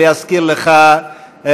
להזכיר לך,